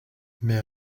mais